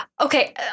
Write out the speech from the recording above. Okay